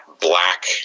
black